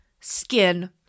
Skin